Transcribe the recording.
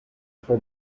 for